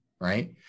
right